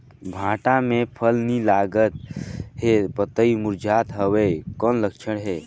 भांटा मे फल नी लागत हे पतई मुरझात हवय कौन लक्षण हे?